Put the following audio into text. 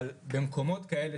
במקומות כאלו,